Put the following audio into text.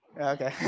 Okay